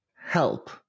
help